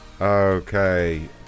Okay